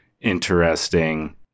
interesting